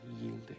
yielding